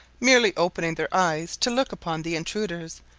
merely opening their eyes to look upon the intruders,